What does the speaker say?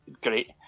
great